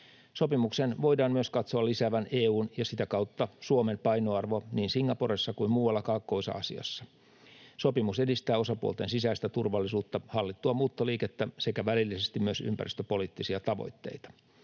Sopimuksen voidaan myös katsoa lisäävän EU:n ja sitä kautta Suomen painoarvoa niin Singaporessa kuin muualla Kaakkois-Aasiassa. Sopimus edistää osapuolten sisäistä turvallisuutta, hallittua muuttoliikettä sekä välillisesti myös ympäristöpoliittisia tavoitteita.